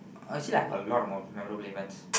uh you see lah I got a lot of memorable events